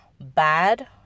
bad